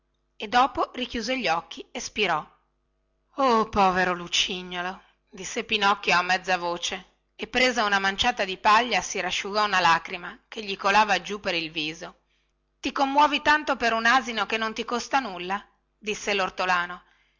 e dopo richiuse gli occhi e spirò oh povero lucignolo disse pinocchio a mezza voce e presa una manciata di paglia si rasciugò una lacrima che gli colava giù per il viso ti commovi tanto per un asino che non ti costa nulla disse lortolano